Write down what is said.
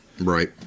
Right